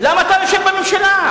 למה אתה יושב בממשלה?